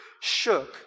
shook